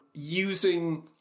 Using